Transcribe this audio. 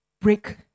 Break